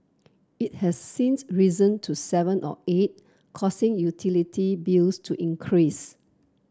it has since risen to seven or eight causing utility bills to increase